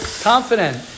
confident